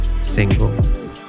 single